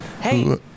Hey